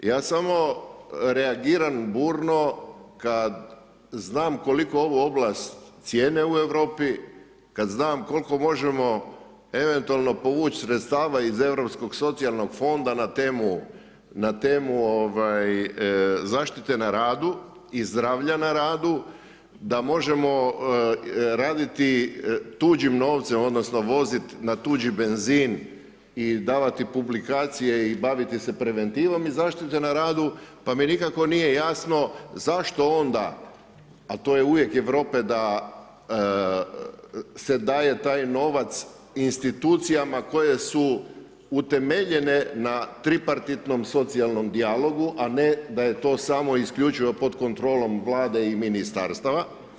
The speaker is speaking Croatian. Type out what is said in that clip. Ja samo reagiram burno kada znam koliko ovu oblast cijene u Europi, kada znam koliko možemo eventualno povući sredstava iz Europskog socijalnog fonda na temu zaštite na radu i zdravlja na radu da možemo raditi tuđim novcem odnosno voziti na tuđi benzin i davati publikacije i baviti se preventivom iz zaštite na radu, pa mi nikako nije jasno zašto onda a to je uvjet Europe da se daje taj novac institucijama koje su utemeljene na tripartitnom socijalnom dijalogu, a ne da je to samo isključivo pod kontrolom Vlade i ministarstava.